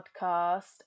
Podcast